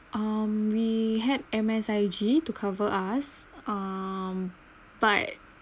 um we had M_S_I_G to cover us um but